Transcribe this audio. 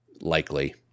likely